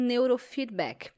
Neurofeedback